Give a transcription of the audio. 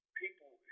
people